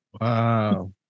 Wow